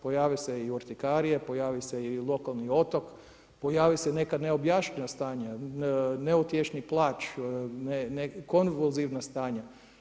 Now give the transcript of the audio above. Pojave se i urtikarije, pojavi se i lokalni otok, pojavi se nekad neobjašnjiva stanja, neutješni plač, konvulzivna stanja.